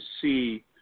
see